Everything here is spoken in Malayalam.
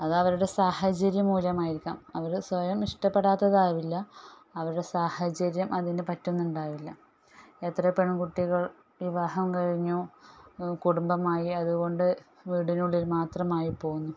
അത് അവരുടെ സാഹചര്യം മൂലമായിരിക്കാം അവർ സ്വയം ഇഷ്ടപെടാത്തതാവില്ല അവരുടെ സാഹചര്യം അതിന് പറ്റുന്നുണ്ടാവില്ല എത്ര പെൺകുട്ടികൾ വിവാഹം കഴിഞ്ഞു കുടുംബമായി അതുകൊണ്ട് വീടിനുള്ളിൽ മാത്രമായി പോവുന്നു